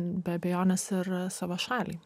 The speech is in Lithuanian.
be abejonės ir savo šaliai